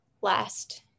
last